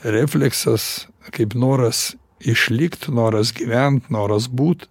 refleksas kaip noras išlikt noras gyvent noras būt